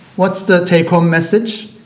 what's the take home message?